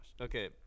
okay